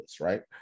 right